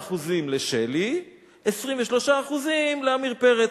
76% לשלי ו-26% לעמיר פרץ.